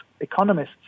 economists